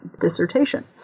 dissertation